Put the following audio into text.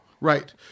Right